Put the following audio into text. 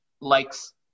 likes